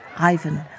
Ivan